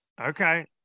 Okay